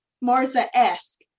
Martha-esque